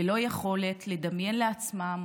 ללא יכולת לדמיין לעצמם